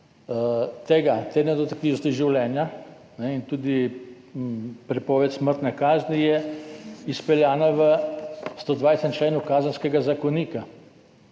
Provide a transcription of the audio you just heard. Izpeljava nedotakljivosti življenja in tudi prepoved smrtne kazni je izpeljana v 120. členu Kazenskega zakonika,